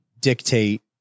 dictate